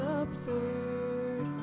absurd